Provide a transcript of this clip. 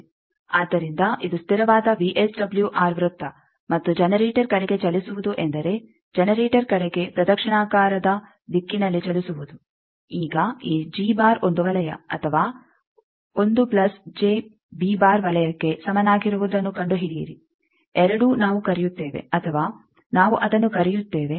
ಆದ್ದರಿಂದ ಇದು ಸ್ಥಿರವಾದ ವಿಎಸ್ಡಬ್ಲ್ಯೂಆರ್ ವೃತ್ತ ಮತ್ತು ಜನರೇಟರ್ ಕಡೆಗೆ ಚಲಿಸುವುದು ಎಂದರೆ ಜನರೇಟರ್ ಕಡೆಗೆ ಪ್ರದಕ್ಷಿಣಾಕಾರದ ದಿಕ್ಕಿನಲ್ಲಿ ಚಲಿಸುವುದು ಈಗ ಈ ಒಂದು ವಲಯ ಅಥವಾ ವಲಯಕ್ಕೆ ಸಮನಾಗಿರುವುದನ್ನು ಕಂಡುಹಿಡಿಯಿರಿ ಎರಡೂ ನಾವು ಕರೆಯುತ್ತೇವೆ ಅಥವಾ ನಾವು ಅದನ್ನು ಕರೆಯುತ್ತೇವೆ